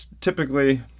typically